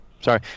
Sorry